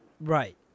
Right